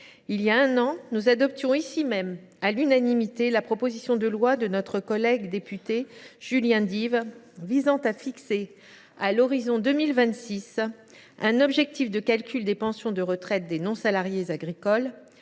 Il y a un an, nous adoptions ici même, à l’unanimité, la proposition de loi de notre collègue député Julien Dive visant à fixer, à l’horizon de 2026, un objectif de calcul des pensions de retraite des non salariés agricoles